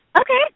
Okay